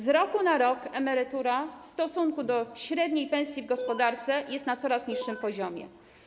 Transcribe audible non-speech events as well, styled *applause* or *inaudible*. Z roku na rok emerytura w stosunku do średniej pensji w gospodarce *noise* jest na coraz niższym poziomie.